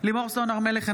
לימור סון הר מלך,